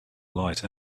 light